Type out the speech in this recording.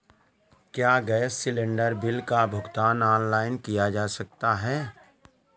क्या gas cylinder bill का भुगतान ऑनलाइन किया जा सकता है?